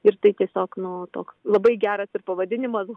ir tai tiesiog nu toks labai geras ir pavadinimas